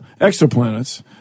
exoplanets